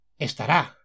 estará